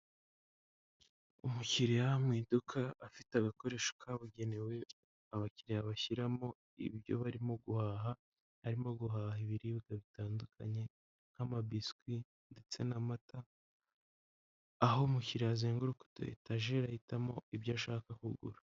Umukiriya mu iduka afite agakoresho kabugenewe abakiriya bashyiramo ibyo barimo guhaha, arimo guhaha ibiribwa bitandukanye nk'amabiswi ndetse n'amata, aho umukiriya azenguruka utu etajeri ahitamo ibyo ashaka kugura.